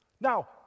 Now